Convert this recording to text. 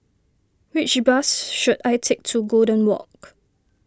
which bus should I take to Golden Walk